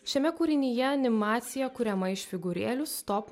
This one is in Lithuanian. šiame kūrinyje animacija kuriama iš figūrėlių stop